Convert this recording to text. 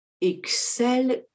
excel